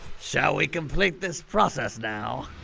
shall we complete this process now?